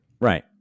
Right